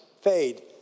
fade